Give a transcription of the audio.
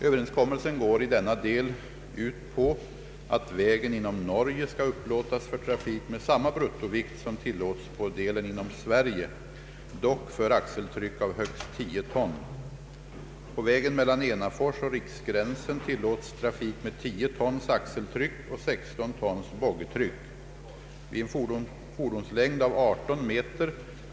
Överenskommelsen går i denna del ut på att vägen inom Norge skall upplåtas för trafik med samma bruttovikt, som tillåts på delen inom Sverige, dock för axeltryck av högst 10 ton.